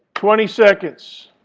twenty seconds.